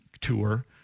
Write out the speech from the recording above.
Tour